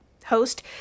host